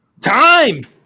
Time